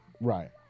Right